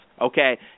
Okay